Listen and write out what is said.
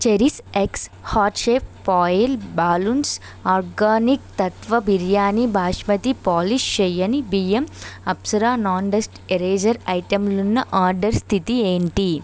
cherish X heart shape foil balloons organic Tattva biryani basmati polish చెయ్యని బియ్యం Apsara non dust eraser item లున్న order స్థితి ఏంటి